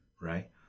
right